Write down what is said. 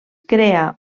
crea